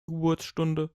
geburtsstunde